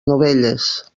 novelles